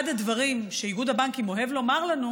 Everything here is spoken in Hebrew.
אחד הדברים שאיגוד הבנקים אוהב לומר לנו,